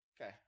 Okay